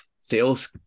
sales